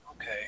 okay